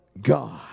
God